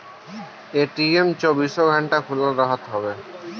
ATM चौबीसो घंटा खुलल रहत हवे